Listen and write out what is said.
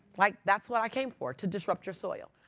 like that's what i came for, to disrupt your soil.